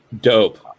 Dope